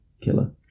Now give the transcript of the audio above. killer